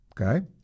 Okay